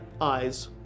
eyes